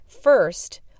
First